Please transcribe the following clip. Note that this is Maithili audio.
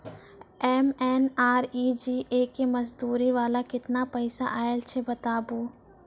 एम.एन.आर.ई.जी.ए के मज़दूरी वाला केतना पैसा आयल छै बताबू?